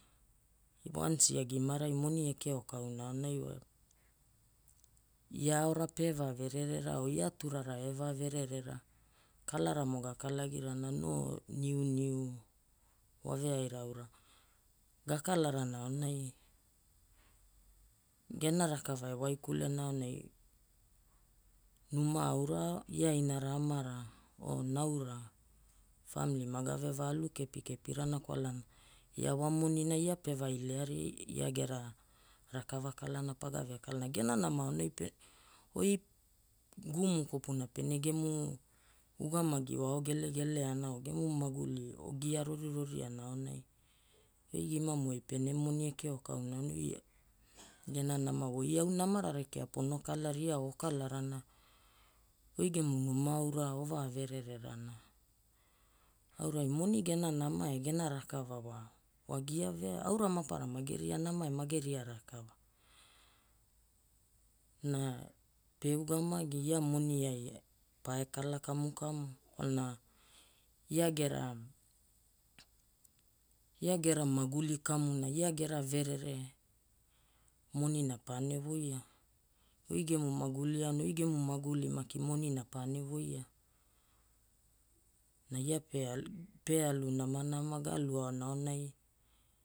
Wans ia gimarai Moni ekeokauna aonai wa ia aora pe vavererera o ia turara evavererera kalaramo gakalagirana, no niuniu waveaira aura gakalarana aonai gena rakava ewaikulena aonai numa aura, ia Inara Amara o Naura, famili maga veva alu kepikepirana kwalana ia wamonina ia pevailearia ia gera rakava kalana paga vekalagia. Na gena nama aonai pe oi guumu kopuna pene gemu ugamagi oao gelegeleana o gemu maguli ogia roriroriana aonai oi gimamuai pene Moni ekeokauna aonai gena nama wa oi au namara rekea pono kalaria o oakalarana, oi gemu numa aura ovaverererana. Aurai Moni gena nama e gena rakava wa wagia vea, aura maparara mageria nama e mageria rakava na pe ugamagi ia moni ai pae kala kamukamu kwalana ia gera maguli kamuna, ia gera verere Monina paene voia. Oi gemu maguli aonai oi gemu maguli maki Moni na paene voia. Na ia pe alu namanama ga aluaona aonai